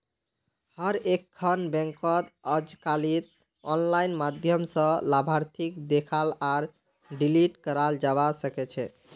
हर एकखन बैंकत अजकालित आनलाइन माध्यम स लाभार्थीक देखाल आर डिलीट कराल जाबा सकेछे